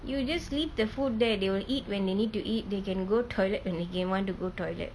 you just leave the food there they will eat when they need to eat they can go toilet when if they want to go toilet